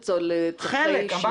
חלק.